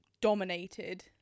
dominated